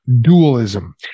dualism